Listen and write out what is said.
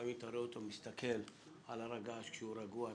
לפעמים אתה מסתכל על הר הגעש כשהוא רגוע,